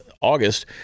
August